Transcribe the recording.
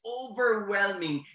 overwhelming